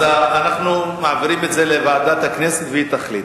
אז אנחנו מעבירים את זה לוועדת הכנסת והיא תחליט.